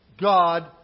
God